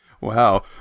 Wow